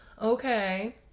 Okay